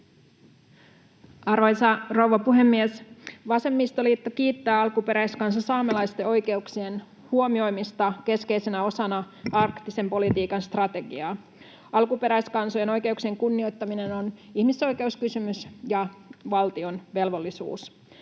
Arvoisa rouva puhemies! Vasemmistoliitto kiittää alkuperäiskansa saamelaisten oikeuksien huomioimisesta keskeisenä osana arktisen politiikan strategiaa. Alkuperäiskansojen oikeuksien kunnioittaminen on ihmisoikeuskysymys ja valtion velvollisuus.